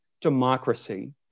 democracy